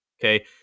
okay